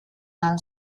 ahal